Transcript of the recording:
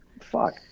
Fuck